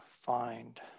find